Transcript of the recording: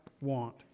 want